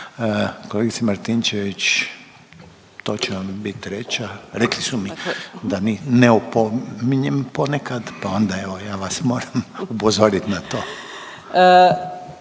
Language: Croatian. Kolegice Martinčević, to će vam bit treća. Rekli su mi da mi ne opominjem ponekad, pa onda evo ja vas moram upozorit na to.